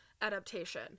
adaptation